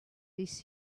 this